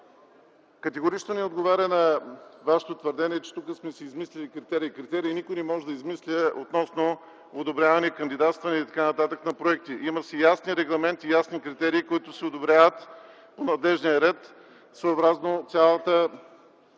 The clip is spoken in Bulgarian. Категорично не отговаря на Вашето твърдение, че тук сме си измислили критерии. Критерии никой не може да измисля относно одобряване, кандидатстване и т.н. на проекти. Има си ясни регламенти, ясни критерии, които се одобряват по надлежния ред, съобразно цялата